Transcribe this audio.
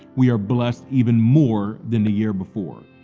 we are blessed even more than the year before.